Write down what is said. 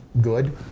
good